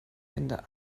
ende